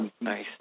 Nice